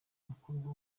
mukobwa